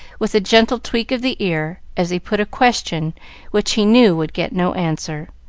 with a gentle tweak of the ear as he put a question which he knew would get no answer,